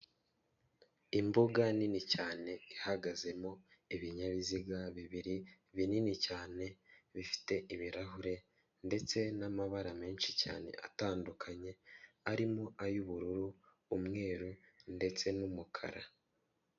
Imbuga nini cyane ihagazemo ibinyabiziga bibiri binini cyane bifite ibirahure ndetse n'amabara menshi cyane atandukanye arimo ay'ubururu, umweru ndetse n'umukara.